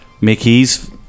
mickey's